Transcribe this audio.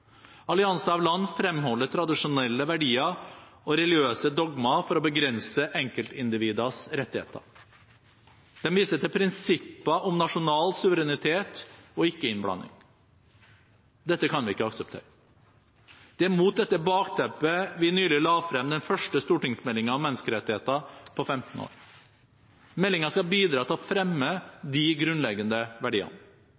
Allianser av land fremholder tradisjonelle verdier og religiøse dogmer for å begrense enkeltindividers rettigheter. De viser til prinsipper om nasjonal suverenitet og ikke-innblanding. Dette kan vi ikke akseptere. Det er mot dette bakteppet vi nylig la frem den første stortingsmeldingen om menneskerettigheter på 15 år. Meldingen skal bidra til å fremme de grunnleggende verdiene.